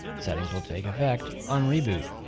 settings will take effect on reboot.